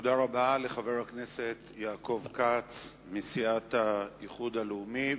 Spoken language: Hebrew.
תודה רבה לחבר הכנסת יעקב כץ מסיעת האיחוד הלאומי.